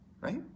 Right